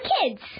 Kids